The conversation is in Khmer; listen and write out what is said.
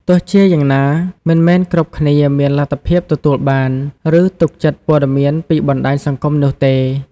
ទោះជាយ៉ាងណា មិនមែនគ្រប់គ្នាមានលទ្ធភាពទទួលបាន ឬទុកចិត្តព័ត៌មានពីបណ្តាញសង្គមនោះទេ។